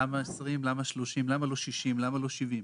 למה 20, למה 30, למה לא 60, למה לא 70?